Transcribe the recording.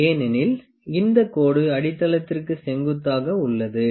ஏனெனில் இந்த கோடு அடித்தளத்திற்கு செங்குத்தாக உள்ளது